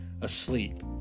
asleep